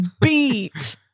beat